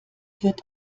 wird